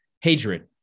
Hatred